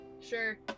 Sure